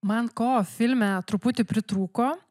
man ko filme truputį pritrūko